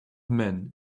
men